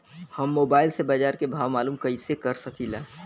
हम मोबाइल से बाजार के भाव मालूम कइसे कर सकीला?